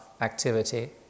activity